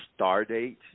Stardate